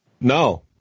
No